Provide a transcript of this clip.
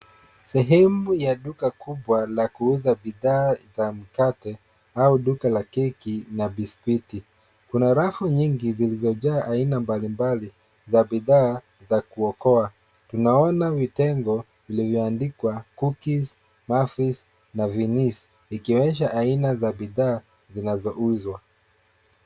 Sehemu ya duka kubwa la kuuza bidhaa za mikate au duka la keki na biskuti. Kuna rafu nyingi zilizojaa aina mbalimbali za bidhaa za kuoka. Tunaona vitengo vilivyoandikwa cookies, muffins na vienesse vikionyesha aina ya bidhaa zinazouzwa.